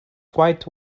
quite